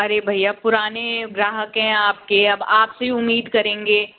अरे भैया पुराने ग्राहक हैं आपके अब आप से उम्मीद करेंगे